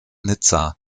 nizza